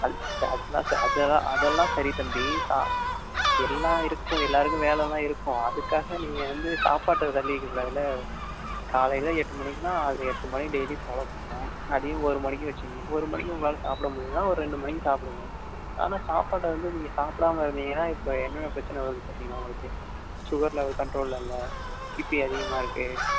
அதெலாம் சரி தம்பி எல்லாம் இருக்கும் எல்லாருக்கும் வேலைலாம் இருக்கும் அதுக்காக நீங்கள் வந்து சாப்பாட்டை தள்ளி வைக்க கூடாதுல காலையில எட்டு மணிக்கின்னா அது எட்டு மணி டெய்லி ஃபாலோ பண்ணணும் அதையும் ஒரு மணிக்கு வச்சு ஒரு மணிக்கு உங்களால் சாப்பிட முடியுன்னா ஒரு ரெண்டு மணிக்கு சாப்பிடுங்க ஆனால் சாப்பாடை வந்து நீங்கள் சாப்பிடாம இருந்திங்கன்னா இப்போ என்ன பிரச்சன வரும் பார்த்திங்களா உங்களுக்கு ஷுகர் லெவல் கண்ட்ரோலில் இல்லை பீபி அதிகமாக இருக்கு